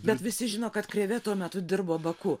bet visi žino kad krėvė tuo metu dirbo baku